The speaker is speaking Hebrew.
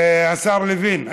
השר לוין,